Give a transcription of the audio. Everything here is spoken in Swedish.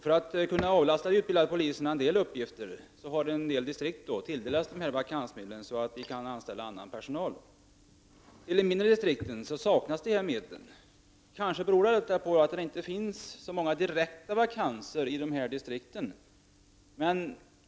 För att kunna avlasta de utbildade polismännen en del uppgifter har några distrikt tilldelats vakansmedel för att i stället kunna anställa annan personal. I de mindre distrikten saknas dessa medel. Kanske beror det på att det inte finns så många direkta vakanser i de distrikten.